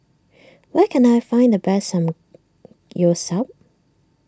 where can I find the best